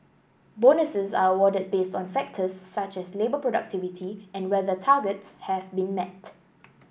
bonuses are awarded based on factors such as labour productivity and whether targets have been met